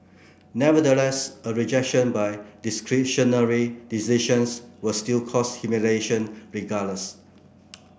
nevertheless a rejection by discretionary decisions will still cause humiliation regardless